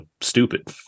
stupid